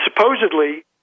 supposedly